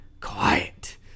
quiet